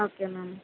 okay ma'am